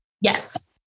Yes